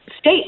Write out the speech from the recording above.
state